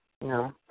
No